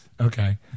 Okay